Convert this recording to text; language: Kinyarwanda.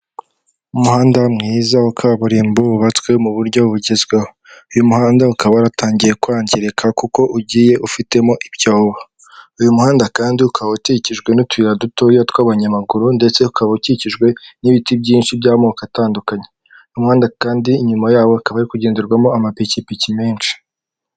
Umuhanda mwiza wa kaburimbo wubatswe mu buryo bugezweho, uyu muhanda ukaba waratangiye kwangirika kuko ugiye ufitemo ibyobo, uyu muhanda kandi ukaba ukikijwe n'utuyiya dutoya tw'abanyamaguru, ndetse ukaba ukikijwe n'ibiti byinshi by'amoko atandukanyehanda kandi inyuma yawo akaba kugenderwamo amapikipiki menshi.